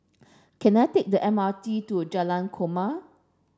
can I take the M R T to Jalan Korma